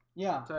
yeah,